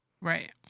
Right